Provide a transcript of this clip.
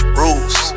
rules